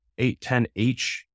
810H